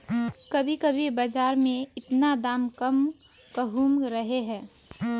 कभी कभी बाजार में इतना दाम कम कहुम रहे है?